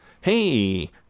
hey